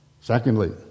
Secondly